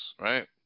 Right